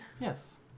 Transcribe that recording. Yes